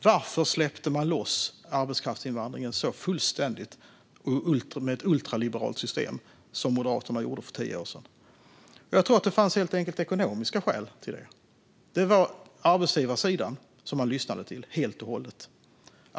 Varför släppte man loss arbetskraftsinvandringen så fullständigt med ett ultraliberalt system som Moderaterna gjorde för tio år sedan? Jag tror helt enkelt att det fanns ekonomiska skäl. Man lyssnade till arbetsgivarsidan helt och hållet.